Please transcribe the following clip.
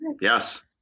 Yes